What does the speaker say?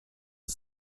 was